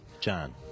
John